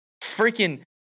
freaking